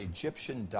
Egyptian